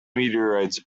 meteorites